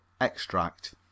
extract